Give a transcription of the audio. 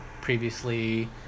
previously